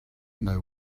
know